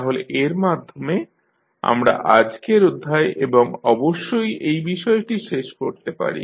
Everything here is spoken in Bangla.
তাহলে এর মাধ্যমে আমরা আজকের অধ্যায় এবং অবশ্যই এই বিষয়টি শেষ করতে পারি